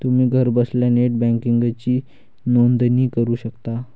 तुम्ही घरबसल्या नेट बँकिंगसाठी नोंदणी करू शकता